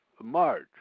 March